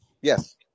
Yes